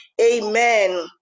Amen